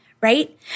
right